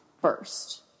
first